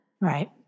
Right